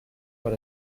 per